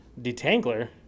detangler